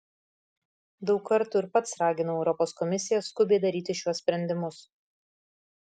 daug kartų ir pats raginau europos komisiją skubiai daryti šiuos sprendimus